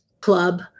club